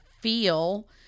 feel